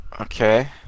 Okay